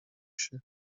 się